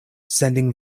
sending